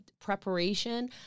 preparation